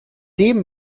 dem